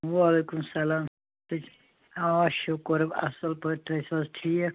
وعلیکُم السَلام تُہۍ چھُو آ شکر اصٕل پٲٹھۍ تُہۍ ٲسوٕ حظ ٹھیٖک